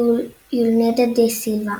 יולנדה דה סילבה.